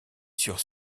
sur